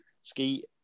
ski